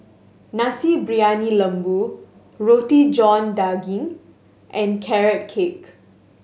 Nasi Briyani Lembu Roti John Daging and Carrot Cake